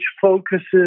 focuses